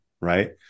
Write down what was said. right